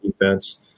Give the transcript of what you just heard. defense